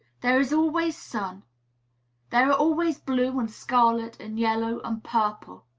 there is always sun there are always blue and scarlet and yellow and purple.